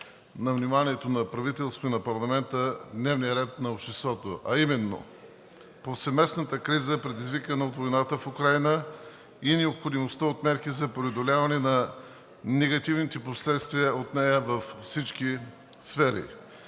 на вниманието на правителството и на парламента дневния ред на обществото, а именно повсеместната криза, предизвикана от войната в Украйна, и необходимостта от мерки за преодоляване на негативните последствия от нея във всички сфери.